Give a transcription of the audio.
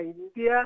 India